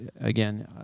again